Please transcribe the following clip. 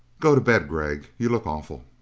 go to bed, gregg. you look awful.